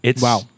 Wow